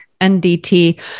NDT